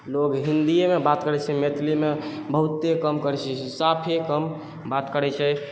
लोग हिन्दियेमे बात करै छै मैथिलीमे बहुते कम करै छै साफे कम बात करै छै